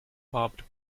barbed